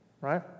right